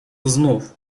znów